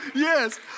Yes